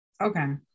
Okay